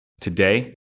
today